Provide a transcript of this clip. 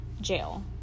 Jail